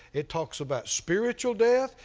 it talks about spiritual death,